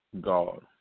God